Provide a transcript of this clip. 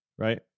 Right